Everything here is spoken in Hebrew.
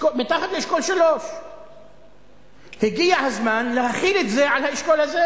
מתחת לאשכול 3. הגיע הזמן להחיל את זה על האשכול הזה,